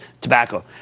tobacco